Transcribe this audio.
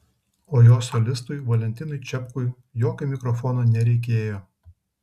o jo solistui valentinui čepkui jokio mikrofono nereikėjo